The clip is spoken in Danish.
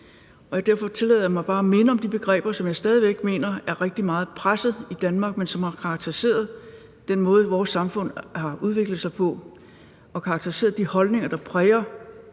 Derfor tillader jeg mig bare at minde om de begreber, som jeg stadig væk mener er rigtig meget pressede i Danmark, men som har karakteriseret den måde, vores samfund har udviklet sig på, og karakteriseret de holdninger, der præger